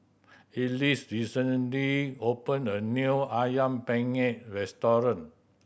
Ellis recently opened a new Ayam Penyet restaurant